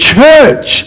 church